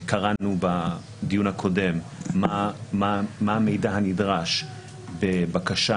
קראנו בדיון הקודם מה המידע הנדרש בבקשה